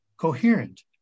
coherent